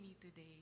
today